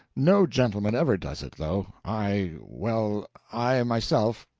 no gentleman ever does it though i well, i myself,